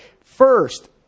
First